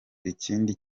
ikindi